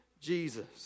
Jesus